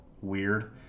weird